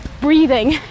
breathing